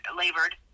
labored